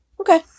Okay